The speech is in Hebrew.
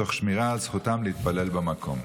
תוך שמירה על זכותם להתפלל במקום?